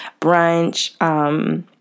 brunch